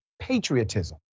patriotism